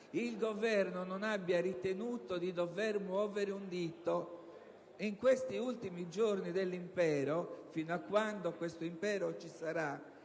il Governo non abbia ritenuto di dover muovere un dito. In questi ultimi giorni dell'impero, fino a quando questo impero ci sarà,